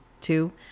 Two